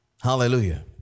Hallelujah